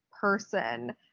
person